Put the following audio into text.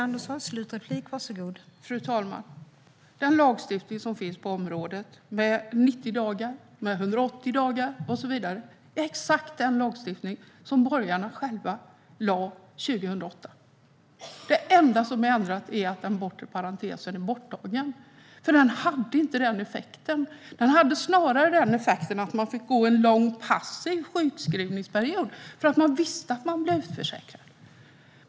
Riksrevisionens rapport om sjukskrivning Fru talman! Den lagstiftning som finns på området, med 90 dagar, 180 dagar och så vidare, är exakt den lagstiftning som borgarna själva lade fram 2008. Det enda som är ändrat är att den bortre parentesen är borttagen. Den hade nämligen inte den effekten. Den hade snarare effekten att människor fick gå i en lång passiv sjukskrivningsperiod, för man visste att de blev utförsäkrade.